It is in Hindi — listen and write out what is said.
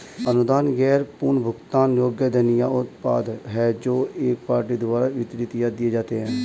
अनुदान गैर पुनर्भुगतान योग्य धन या उत्पाद हैं जो एक पार्टी द्वारा वितरित या दिए जाते हैं